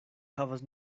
havas